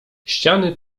ściany